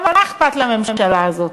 אבל מה אכפת לממשלה הזאת?